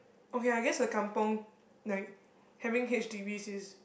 okay I guess a kampung like having H_D_B is